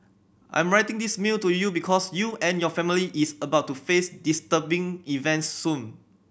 I'm writing this mail to you because you and your family is about to face disturbing events soon